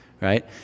right